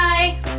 Bye